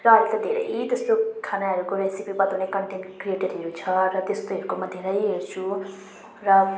र अहिले त धेरै त्यस्तो खानाहरूको रेसिपी बताउने कन्टेन्ट क्रिएटरहरू छ र त्यस्तैहरूको म धेरै हेर्छु र